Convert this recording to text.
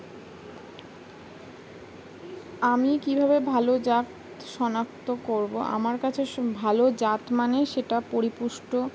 আমি কীভাবে ভালো জাত শনাক্ত করবো আমার কাছে স ভালো জাত মানে সেটা পরিপুষ্ট